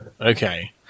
Okay